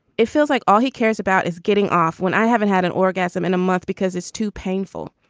it feels like all he cares about is getting off when i haven't had an orgasm in a month because it's too painful.